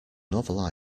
novel